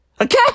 Okay